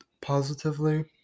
positively